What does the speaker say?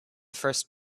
first